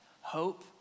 Hope